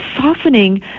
softening